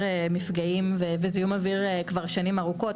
מפגעים וזיהום אוויר כבר שנים ארוכות.